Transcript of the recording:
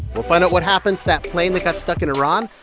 we'll find out what happened to that plane that got stuck in iran.